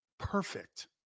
perfect